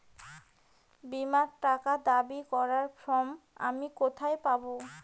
বীমার টাকা দাবি করার ফর্ম আমি কোথায় পাব?